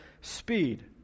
speed